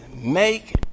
make